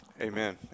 Amen